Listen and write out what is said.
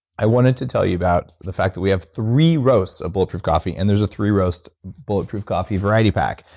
i wanted to tell you about the fact that we have three roasts of bulletproof coffee. and there's a three roast bulletproof coffee variety pack.